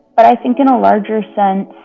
but i think in a larger sense,